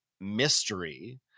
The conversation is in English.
Mystery